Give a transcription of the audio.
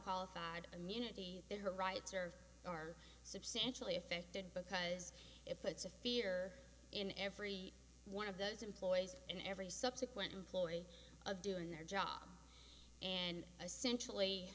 qualified immunity that her rights are are substantially affected because it puts a fear in every one of those employees and every subsequent employee of doing their job and